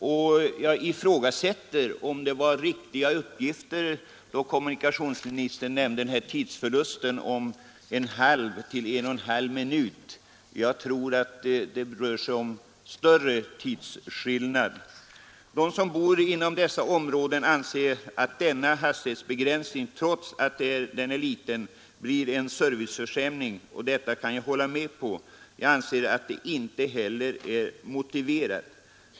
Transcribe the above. Jag ifrågasätter om de uppgifter rörande en tidsförlust på en halv till en och en halv minut som kommunikationsministern gav är riktiga. Jag tror att det rör sig om en större tidsskillnad. De som bor inom dessa områden anser att denna hastighetsbegränsning — trots att den är liten — medför en serviceförsämring, något som jag kan hålla med om. Jag anser inte heller att den är motiverad.